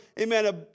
amen